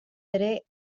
ere